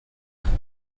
faire